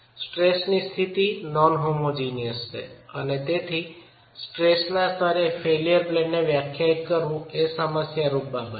સ્ટ્રેસની સ્થિતિ non homogeneous છે અને તેથી સ્ટ્રેસના સ્તરે ફેઇલ્યર પ્લેનને વ્યાખ્યાયિત કરવું એ સમસ્યારૂપ બાબત છે